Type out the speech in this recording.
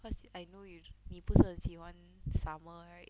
cause I know you 你不是很喜欢 summer right